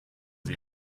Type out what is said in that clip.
sie